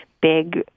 big